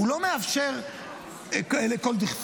הוא לא מאפשר לכל דכפין.